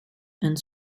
and